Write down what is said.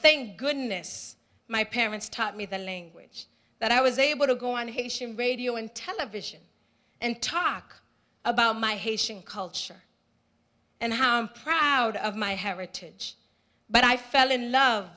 thing goodness my parents taught me the language that i was able to go on haitian radio and television and talk about my haitian culture and how proud of my heritage but i fell in love